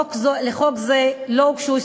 לחוק זה לא הוגשו הסתייגויות.